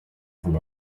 from